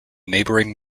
neighboring